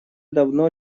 давно